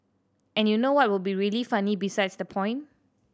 and you know what would be really funny besides the point